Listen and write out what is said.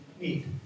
need